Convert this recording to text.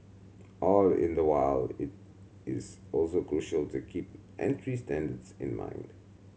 all in the while it is also crucial to keep entry standards in mind